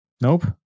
Nope